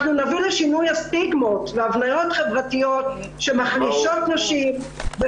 אנחנו נביא לשינוי הסטיגמות וההבניות החברתיות שמחלישות נשים.